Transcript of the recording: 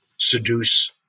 seduce